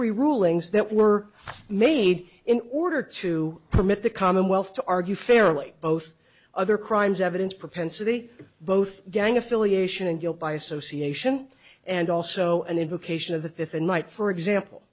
y rulings that were made in order to permit the commonwealth to argue fairly both other crimes evidence propensity both gang affiliation and guilt by association and also an indication of the fifth and might for example